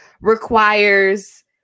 requires